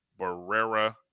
Barrera